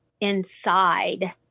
inside